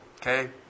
Okay